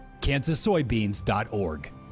Kansassoybeans.org